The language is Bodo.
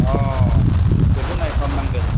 बेखौ नायफामनांगोन